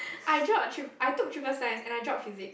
I dropped trip~ I took triple science and I dropped physics